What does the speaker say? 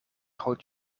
groot